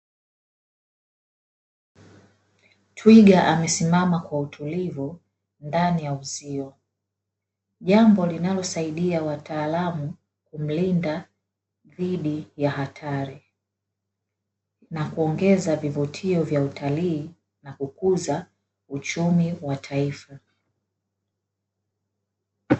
Twiga amesimama kwa utulivu ndani ya uzio, jambo linalosaidia wataalamu kumlinda dhidi ya hatari na kuongeza vivutio vya utalii na kukuza uchumi wa taifa.